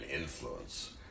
influence